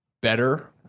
better